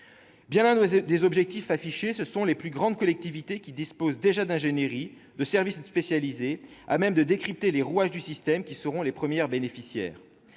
Bien loin des objectifs affichés, ce sont les plus grandes collectivités, qui disposent déjà d'ingénierie et de services spécialisés à même de décrypter les rouages du système, qui en seront les premières bénéficiaires.